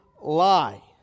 lie